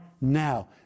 now